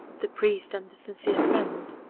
the priest and the sincere friend.